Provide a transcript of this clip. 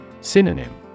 Synonym